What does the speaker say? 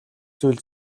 зүйл